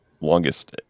longest